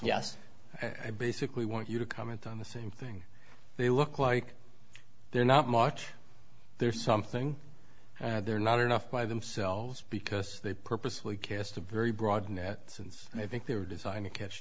yes i basically want you to comment on the same thing they look like they're not much they're something they're not enough by themselves because they purposely cast a very broad net since i think they were designed to catch